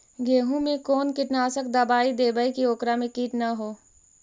गेहूं में कोन कीटनाशक दबाइ देबै कि ओकरा मे किट न हो?